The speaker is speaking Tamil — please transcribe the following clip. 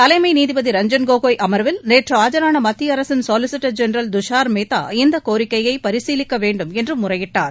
தலைமை நீதிபதி ரஞ்சன் கோகோய் அமர்வில் நேற்று ஆஜரான மத்திய அரசின் சொலிசிட்டர் ஜென்ரல் துஷார் மேத்தா இந்த கோரிக்கையை பரிசீலிக்க வேண்டும் என்று முறையிட்டார்